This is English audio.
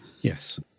yes